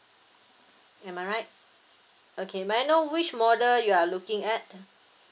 am I right okay may I know which model you are looking at